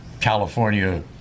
California